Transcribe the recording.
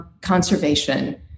conservation